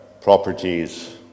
properties